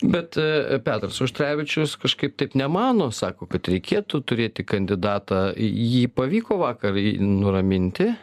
bet petras auštrevičius kažkaip taip nemano sako kad reikėtų turėti kandidatą į jį pavyko vakar į nuraminti